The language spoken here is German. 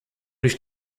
durch